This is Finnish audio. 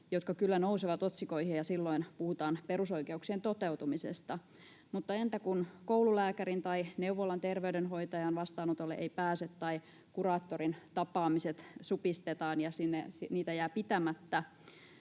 jotka kyllä nousevat otsikoihin, ja silloin kyllä puhutaan perusoikeuksien toteutumisesta. Mutta entä kun koululääkärin tai neuvolan terveydenhoitajan vastaanotolle ei pääse, tai kuraattorin tapaamiset supistetaan ja niitä jää pitämättä,